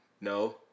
No